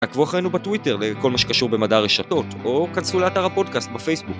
תעקבו אחרינו בטוויטר לכל מה שקשור במדע הרשתות או כנסו לאתר הפודקאסט בפייסבוק